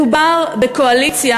מדובר בקואליציה